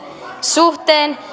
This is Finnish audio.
suhteen